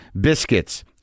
Biscuits